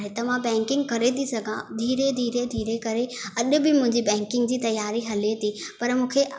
हे त मां बैंकिंग करे थी सघा धीरे धीरे धीरे करे अॼु बि मुंहिंजी बैंकिंग जी तयारी हले थी पर मूंखे